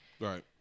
Right